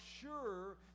sure